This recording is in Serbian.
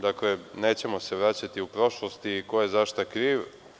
Dakle, nećemo se vraćati u prošlost i ko je za šta kriv.